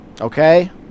Okay